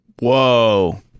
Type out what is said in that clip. Whoa